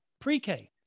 pre-K